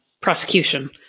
prosecution